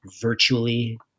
virtually